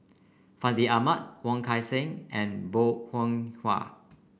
Fandi Ahmad Wong Kan Seng and Bong Hiong Hwa